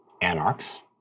anarchs